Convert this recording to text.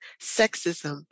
sexism